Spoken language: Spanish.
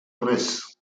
tres